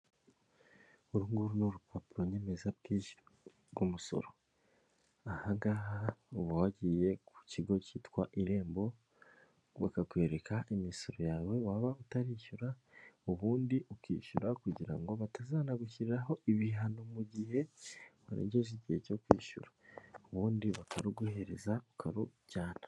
Uru nguru ni urupapuro nyemezabwishyu rw' umusoro, aha ngaha uba wagiye ku kigo cyitwa irembo bakakwereka imisoro yawe waba utarishyura ubundi ukishyura kugira ngo batazanagushyiriraho ibihano mu gihe warengeje igihe cyo kwishyura, ubundi bakaruguhereza ukarujyana.